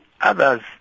others